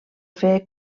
fer